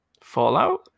Fallout